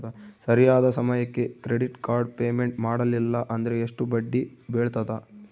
ಸರಿಯಾದ ಸಮಯಕ್ಕೆ credit card payment ಮಾಡಲಿಲ್ಲ ಅಂದ್ರೆ ಎಷ್ಟು ಬಡ್ಡಿ ಬೇಳ್ತದ?